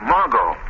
Margot